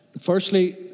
Firstly